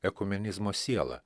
ekumenizmo siela